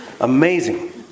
Amazing